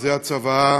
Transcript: זאת הצוואה,